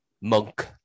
Monk